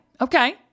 okay